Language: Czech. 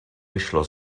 vyšlo